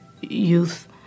youth